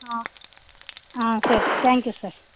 ஆ ஆ சரி thank you sir